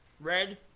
Red